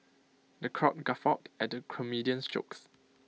the crowd guffawed at the comedian's jokes